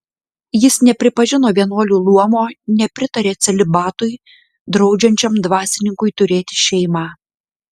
jis nepripažino vienuolių luomo nepritarė celibatui draudžiančiam dvasininkui turėti šeimą